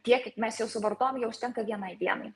tiek kiek mes jo suvartojam jo užtenka vienai dienai